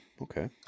okay